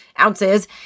ounces